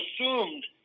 assumed